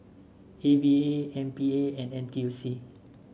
A V A M P A and N T U C